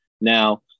now